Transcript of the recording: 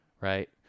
right